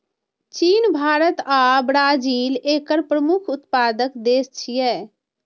चीन, भारत आ ब्राजील एकर प्रमुख उत्पादक देश छियै